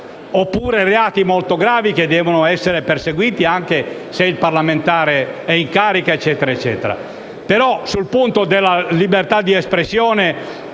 oppure reati molto gravi che devono essere perseguiti anche se il parlamentare è in carica eccetera. Tuttavia la garanzia della libertà di espressione,